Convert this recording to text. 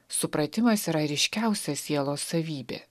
supratimas yra ryškiausia sielos savybė